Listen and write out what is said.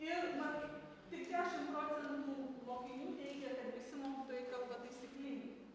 ir matot tik dešim procentų mokinių teigia kad visi mokytojai kalba taisyklingai